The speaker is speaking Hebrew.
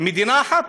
מדינה אחת,